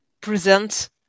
present